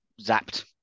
zapped